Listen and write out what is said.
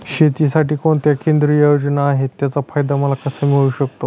शेतीसाठी कोणत्या केंद्रिय योजना आहेत, त्याचा फायदा मला कसा मिळू शकतो?